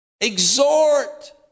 Exhort